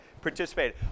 participated